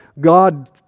God